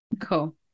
Cool